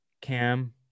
cam